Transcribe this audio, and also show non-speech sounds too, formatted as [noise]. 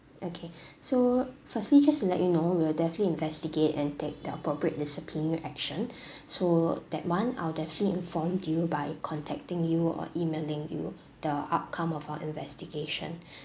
okay so firstly just to let you know we will definitely investigate and take the appropriate disciplinary action [breath] so that [one] I'll definitely inform you by contacting you or E-mailing you the outcome of our investigation [breath]